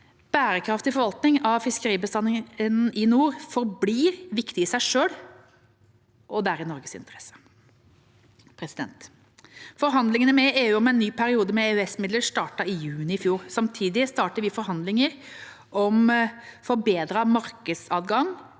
Bærekraftig forvaltning av fiskebestandene i nord forblir både viktig i seg selv og i Norges interesse. Forhandlinger med EU om en ny periode med EØSmidler startet i juni i fjor. Samtidig startet vi forhandlinger om forbedret markedsadgang